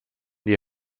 die